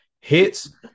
Hits